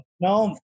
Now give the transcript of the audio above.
no